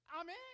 Amen